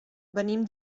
venim